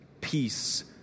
peace